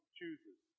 chooses